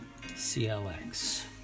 CLX